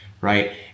right